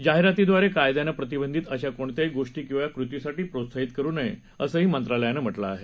जाहिरातीद्वारे कायद्यानं प्रतिबंधित अशा कोणत्याही गोष्टी किंवा कृतीसाठी प्रोत्साहित करू नये असंही मंत्रालयानं सांगितलं आहे